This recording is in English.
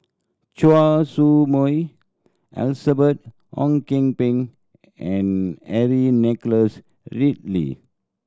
Choy Su Moi Elizabeth Ong Kian Peng and Henry Nicholas Ridley